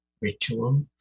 ritual